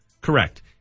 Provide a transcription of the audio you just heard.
Correct